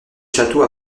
château